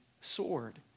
sword